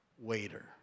waiter